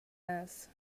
else